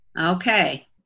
Okay